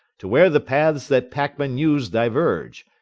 to where the paths that packmen use diverge,